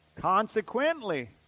Consequently